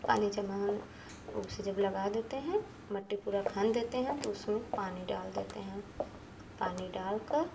पानी जमा होने उसे जब लगा देते हैं मट्टी पूरा खन देते हैं तो उसमें पानी डाल देते हैं पानी डालकर